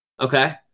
Okay